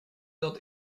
dat